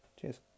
Cheers